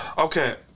Okay